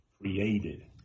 created